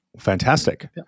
Fantastic